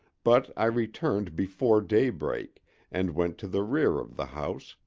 but i returned before daybreak and went to the rear of the house,